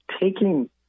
taking